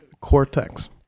cortex